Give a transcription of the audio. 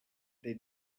they